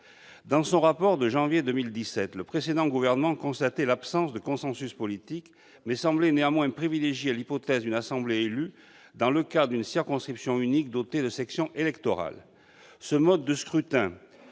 Dans son rapport de janvier 2017, le précédent gouvernement constatait l'absence de consensus politique en la matière. Il semblait néanmoins privilégier l'hypothèse d'une assemblée élue dans le cadre d'une circonscription unique dotée de sections électorales. Ce mode de scrutin